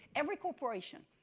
every corporation,